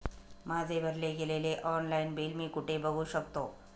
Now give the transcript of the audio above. माझे भरले गेलेले ऑनलाईन बिल मी कुठे बघू शकतो?